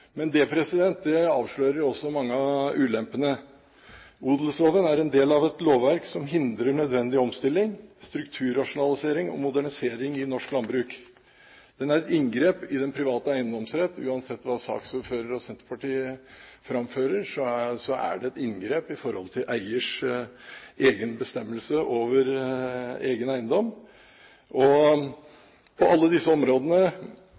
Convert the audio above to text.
Men det avslører også mange av ulempene. Odelsloven er en del av et lovverk som hindrer nødvendig omstilling, strukturrasjonalisering og modernisering i norsk landbruk. Den er et inngrep i den private eiendomsrett. Uansett hva saksordføreren og Senterpartiet framfører, er den et inngrep i eiers egen bestemmelse over egen eiendom. På alle disse områdene